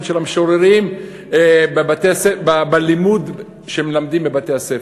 של המשוררים בלימוד שמלמדים בבתי-הספר.